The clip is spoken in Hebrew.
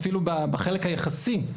אפילו בחלק היחסי,